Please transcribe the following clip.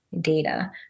data